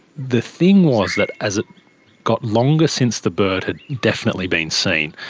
the thing was that as it got longer since the bird had definitely been seen,